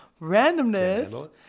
randomness